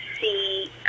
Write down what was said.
see